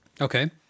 Okay